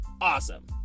awesome